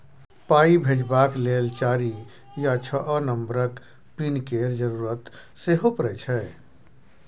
पाइ भेजबाक लेल चारि या छअ नंबरक पिन केर जरुरत सेहो परय छै